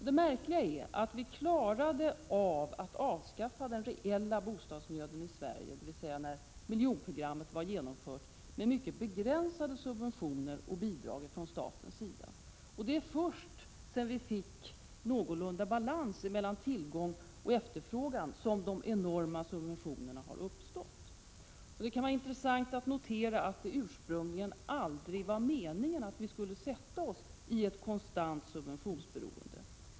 Det märkliga är att vi klarade av att avskaffa den reella bostadsnöden i Sverige — dvs. när miljonprogrammet var genomfört — med mycket begränsade subventioner och bidrag från statens sida. Det är först sedan vi fått någorlunda balans i tillgång och efterfrågan som de enorma subventionerna har uppstått. Det kan vara intressant att notera att det ursprungligen aldrig var meningen att vi skulle försätta oss i ett konstant subventionsberoende.